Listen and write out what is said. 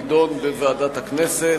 תידונה בוועדת הכנסת.